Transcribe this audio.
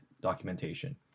documentation